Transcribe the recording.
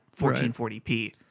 1440p